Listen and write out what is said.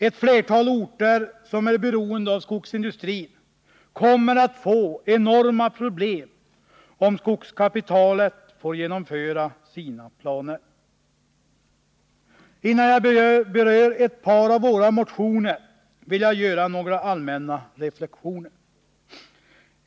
Ett flertal orter som är beroende av skogsindustrin kommer att få enorma problem, om skogskapitalet får genomföra sina planer. Innan jag berör ett par av våra motioner vill jag göra några allmänna reflexioner.